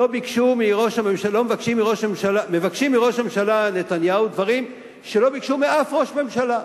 מבקשים מראש הממשלה נתניהו דברים שלא ביקשו מאף ראש ממשלה.